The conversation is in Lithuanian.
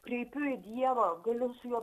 kreipiu į dievą galiu su juo